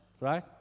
Right